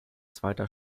zweiter